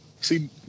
See